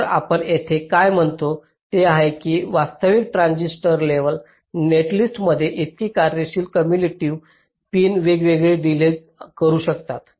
तर आपण येथे काय म्हणतो ते आहे की वास्तविक ट्रान्झिस्टर लेव्हल नेटलिस्टमध्ये इतके कार्यशील कम्युटिव पिन वेगवेगळे डिलेज करु शकतात